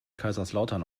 kaiserslautern